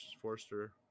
Forster